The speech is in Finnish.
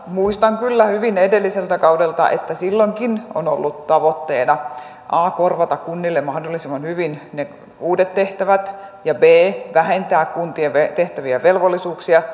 muistan kyllä hyvin edelliseltä kaudelta että silloinkin on ollut tavoitteena a korvata kunnille mahdollisimman hyvin ne uudet tehtävät ja b vähentää kuntien tehtäviä ja velvollisuuksia